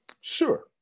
sure